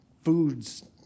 foods